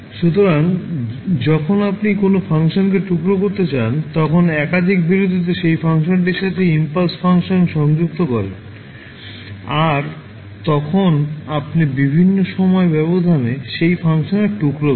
সুতরাং যখন আপনি কোনও ফাংশনকে টুকরো করতে চান তখন একাধিক বিরতিতে সেই ফাংশনটির সাথে ইম্পালস ফাংশন সংযুক্ত করেন আর তখন আপনি বিভিন্ন সময়ের ব্যবধানে সেই ফাংশনের টুকরো পাবেন